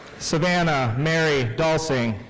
savannah mary dalsing.